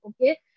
okay